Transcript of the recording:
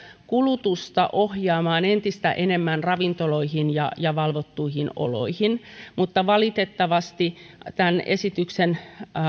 kulutusta ohjaamaan entistä enemmän ravintoloihin ja ja valvottuihin oloihin mutta valitettavasti esityksen